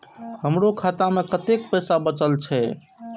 हमरो खाता में कतेक पैसा बचल छे?